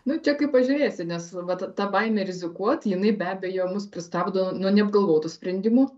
nu čia kaip pažiūrėsi nes vat ta baimė rizikuot jinai be abejo mus pristabdo nuo neapgalvotų sprendimų